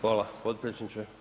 Hvala potpredsjedniče.